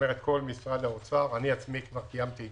אני קיימתי